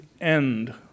end